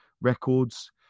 records